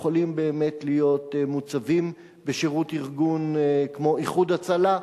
יכולים באמת להיות מוצבים בשירות ארגון כמו "איחוד הצלה",